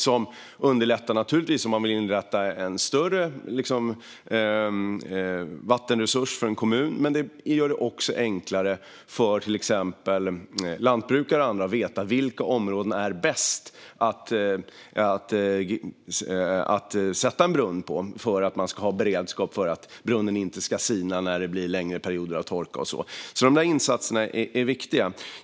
Det underlättar om man vill inrätta en större vattenresurs för en kommun. Det gör det också enklare för till exempel lantbrukare och andra att veta vilka områden som är bäst att sätta en brunn på så att man har beredskap, för att brunnen inte ska sina när det blir längre perioder av torka. De insatserna är viktiga.